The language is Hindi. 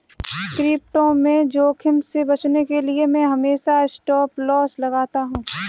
क्रिप्टो में जोखिम से बचने के लिए मैं हमेशा स्टॉपलॉस लगाता हूं